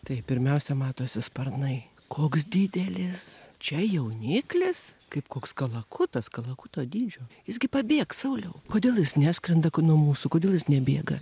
tai pirmiausia matosi sparnai koks didelis čia jauniklis kaip koks kalakutas kalakuto dydžio jis gi pabėgs sauliau kodėl jis neskrenda nuo mūsų kodėl jis nebėga